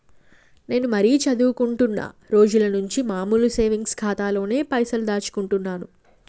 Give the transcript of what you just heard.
నేను మరీ చదువుకుంటున్నా రోజుల నుంచి మామూలు సేవింగ్స్ ఖాతాలోనే పైసలు దాచుకుంటున్నాను